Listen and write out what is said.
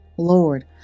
Lord